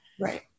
Right